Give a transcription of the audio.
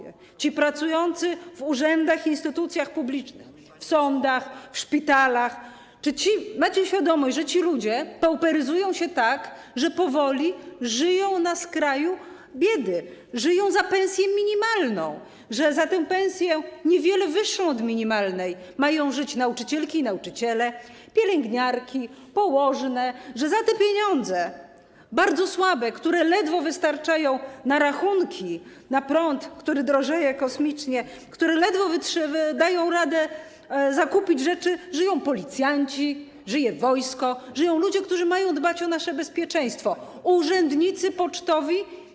Mówi pani o sobie, tak? ...ci pracujący w urzędach i instytucjach publicznych, w sądach, w szpitalach, czy macie świadomość, że ci ludzie pauperyzują się tak, że powoli zaczynają żyć na skraju biedy, że żyją za pensję minimalną, że za tę pensję, niewiele wyższą od minimalnej, mają żyć nauczycielki i nauczyciele, pielęgniarki, położne, że za te pieniądze - bardzo słabe, które ledwo wystarczają na rachunki, na prąd, który drożeje kosmicznie, za które ledwo daje się radę zakupić rzeczy - żyją policjanci, żyje wojsko, żyją ludzie, którzy mają dbać o nasze bezpieczeństwo, urzędnicy pocztowi?